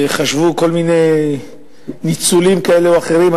חשבו על כל מיני ניצולים כאלה או אחרים,